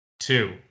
Two